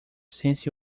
since